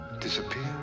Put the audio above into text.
Disappear